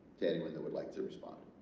to anyone that would like to respond